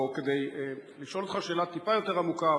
כדי לשאול אותך שאלה טיפה יותר עמוקה,